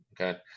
Okay